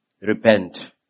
Repent